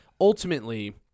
ultimately